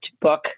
book